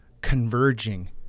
converging